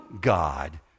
God